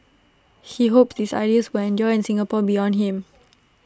he hoped these ideals when endure in Singapore beyond him